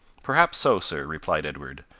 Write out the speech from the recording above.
perhaps so, sir, replied edward.